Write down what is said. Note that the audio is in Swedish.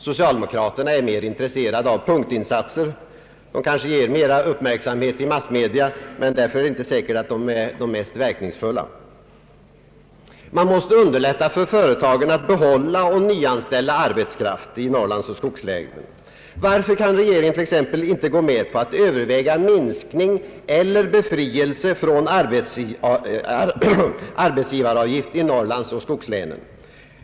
Socialdemokraterna är mer intresserade av punktinsatser — de ger kanske mera uppmärksamhet i massmedia, men därför är det inte säkert att de är de mest verkningsfulla. Man måste underlätta för företagen att behålla och nyanställa arbetskraft i Norrlandsoch skogslänen. Varför kan regeringen till exempel inte gå med på att överväga minskning av eller befrielse från arbetsgivaravgift i Norrlandsoch skogslänen?